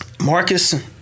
Marcus